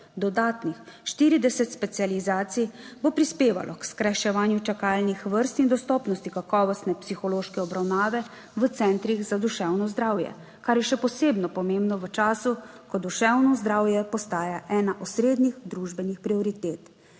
Dodatnih 40 specializacij bo prispevalo k skrajševanju čakalnih vrst in dostopnosti kakovostne psihološke obravnave v centrih za duševno zdravje, kar je še posebno pomembno v času, ko duševno zdravje postaja ena osrednjih družbenih prioritet.